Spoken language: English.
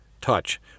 touch